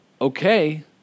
Okay